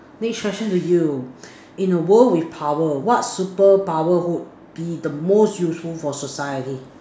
next question to you in the world with power what superpower would be the most useful for society